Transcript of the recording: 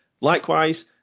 likewise